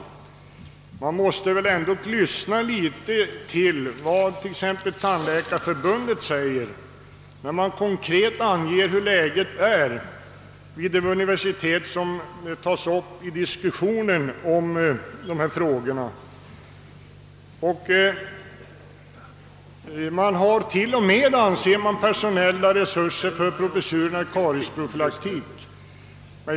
Utskottet måste väl ändå lyssna något på vad t.ex. Tandläkarförbundet säger beträffande läget vid de universitet som nämnts i diskussionen om dessa frågor. Vi har personella resurser även för professurerna i kariesprofylaktik.